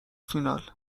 فینال